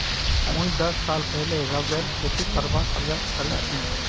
मुई दस साल पहले रबरेर खेती करवार प्रयास करील छिनु